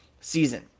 season